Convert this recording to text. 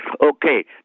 Okay